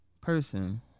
person